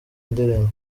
ndirimbo